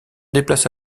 déplace